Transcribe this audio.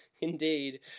indeed